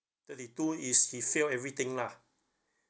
thirty two is he failed everything lah